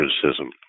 criticism